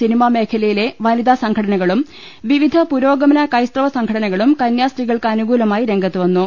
cinema മേഖലയിലെ വനിതാ സംഘടനകളും വിവിധ പുരോഗമന് ക്രൈസ്തവ സംഘടനകളും കന്യാസ്ത്രീകൾക്കനുകൂലമായി രംഗത്ത് വന്നു